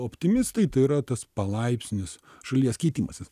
optimistai tai yra tas palaipsnis šalies keitimasis